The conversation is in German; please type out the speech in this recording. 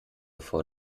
vor